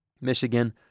Michigan